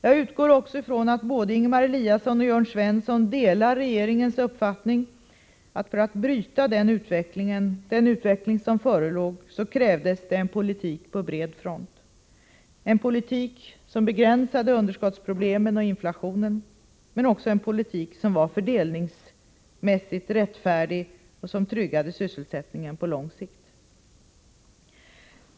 Jag utgår också från att både Ingemar Eliasson och Jörn Svensson delar regeringens uppfattning att det för att bryta den utveckling som förelåg krävdes en politik på bred front, en politik som begränsade underskottsproblemen och inflationen, men också en politik som var fördelningsmässigt rättfärdig och som tryggade sysselsättningen på lång sikt.